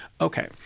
Okay